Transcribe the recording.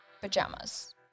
pajamas